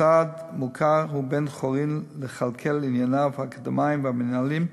מוסד מוכר הוא בן-חורין לכלכל ענייניו האקדמיים והמינהליים,